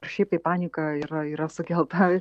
šiaip tai panika yra yra sukelta